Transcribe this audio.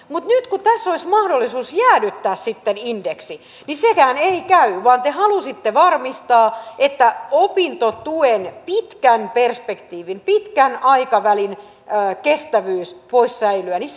mutta nyt kun tässä olisi sitten mahdollisuus jäädyttää indeksi sekään ei käy vaan te halusitte varmistaa että se että opintotuen pitkän perspektiivin pitkän aikavälin kestävyys voisi säilyä otetaan pois